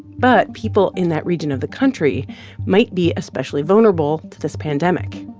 but people in that region of the country might be especially vulnerable to this pandemic.